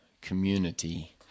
community